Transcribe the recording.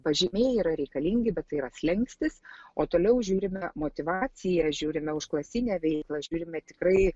pažymiai yra reikalingi bet tai yra slenkstis o toliau žiūrime motyvaciją žiūrime užklasinę veiklą žiūrime tikrai